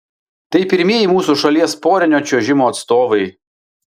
tai pirmieji mūsų šalies porinio čiuožimo atstovai